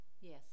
Yes